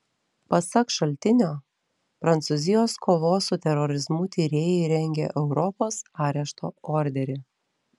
pasak šaltinio prancūzijos kovos su terorizmu tyrėjai rengia europos arešto orderį